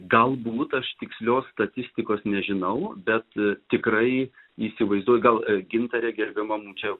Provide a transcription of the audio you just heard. galbūt aš tikslios statistikos nežinau bet tikrai įsivaizduoju gal gintarė gerbiama mum čia